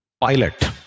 pilot